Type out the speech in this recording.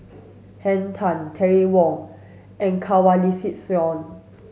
Henn Tan Terry Wong and Kanwaljit Soin